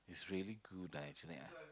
it's really good lah actually